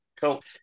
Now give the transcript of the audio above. cool